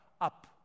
up